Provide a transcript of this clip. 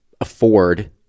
afford